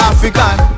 African